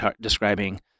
describing